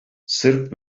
sırp